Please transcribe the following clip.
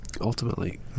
Ultimately